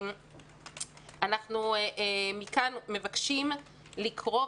אנחנו מכאן מבקשים לקרוא,